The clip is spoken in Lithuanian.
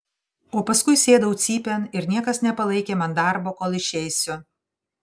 o paskui sėdau cypėn ir niekas nepalaikė man darbo kol išeisiu